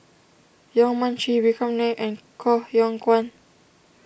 Yong Mun Chee Vikram Nair and Koh Yong Guan